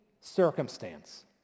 circumstance